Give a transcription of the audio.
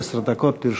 עד עשר דקות לרשותך.